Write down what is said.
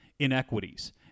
inequities